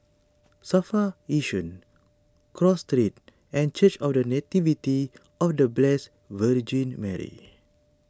Safra Yishun Cross Street and Church of the Nativity of the Blessed Virgin Mary